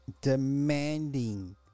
Demanding